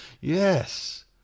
Yes